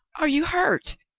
are you hurt?